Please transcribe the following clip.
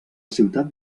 ciutat